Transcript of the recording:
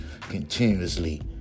continuously